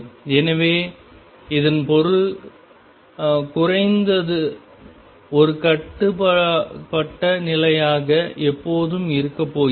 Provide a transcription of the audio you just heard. எனவே இதன் பொருள் குறைந்தது ஒரு கட்டுப்பட்ட நிலையாக எப்போதும் இருக்கப் போகிறது